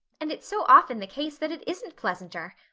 and it's so often the case that it isn't pleasanter.